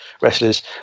wrestlers